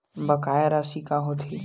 बकाया राशि का होथे?